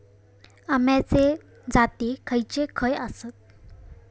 अम्याचे जाती खयचे खयचे आसत?